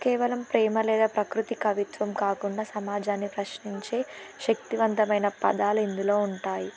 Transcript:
కేవలం ప్రేమ లేదా ప్రకృతి కవిత్వం కాకుండా సమాజాన్ని ప్రశ్నించే శక్తివంతమైన పదాలు ఇందులో ఉంటాయి